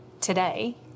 today